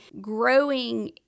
growing